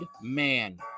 man